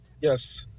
Yes